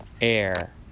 air